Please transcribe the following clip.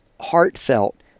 heartfelt